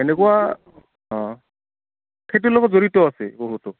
এনেকুৱা অঁ খেতিৰ লগত জড়িত আছে বহুতো